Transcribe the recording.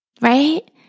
right